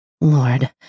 Lord